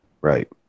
Right